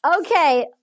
Okay